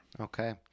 Okay